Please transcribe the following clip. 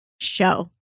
show